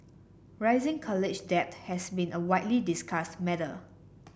rising college debt has been a widely discussed matter